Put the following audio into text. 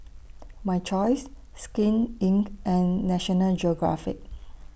My Choice Skin Inc and National Geographic